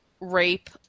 rape